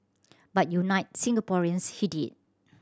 but unite Singaporeans he did